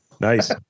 Nice